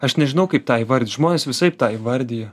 aš nežinau kaip tą įvardyt žmonės visaip tą įvardija